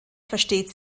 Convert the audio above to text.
versteht